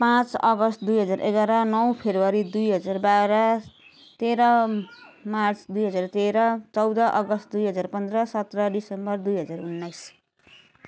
पाँच अगस्त दुई हजार एघार नौ फेब्रुअरी दुई हजार बाह्र तेह्र मार्च दुई हजार तेह्र चौध अगस्त दुई हजार पन्ध्र सत्र दिसम्बर दुई हजार उन्नाइस